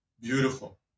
beautiful